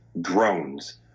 drones